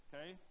Okay